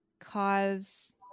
cause